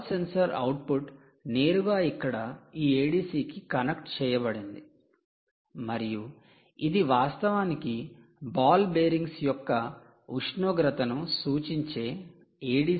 hall sensor output నేరుగా ఇక్కడ ఈ 'ADC' కి కనెక్ట్ చేయబడింది మరియు ఇది వాస్తవానికి బాల్ బేరింగ్స్ యొక్క ఉష్ణోగ్రతను సూచించే 'ఏ